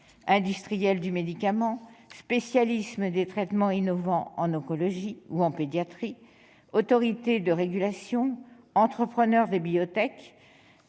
industriels du médicament, spécialistes des traitements innovants en oncologie ou en pédiatrie, autorités de régulation, entrepreneurs des biotechs,